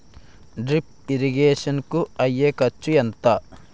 Drip irrigation కూ అయ్యే ఖర్చు ఎంత?